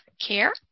care